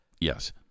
Yes